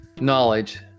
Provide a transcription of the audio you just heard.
knowledge